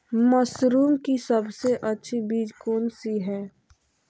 Mushroom की सबसे अच्छी बीज कौन सी है?